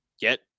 get